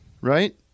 right